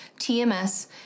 tms